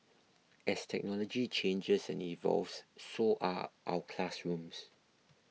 as technology changes and evolves so are our classrooms